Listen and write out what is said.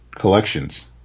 collections